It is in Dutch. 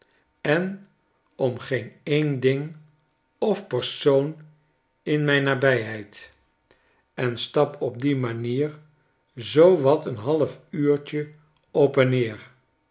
en om geen een ding of persoon in mijn nabyheid en stap op die manier zoo wat een half uurtje op en neer